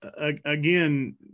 again